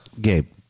Gabe